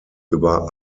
über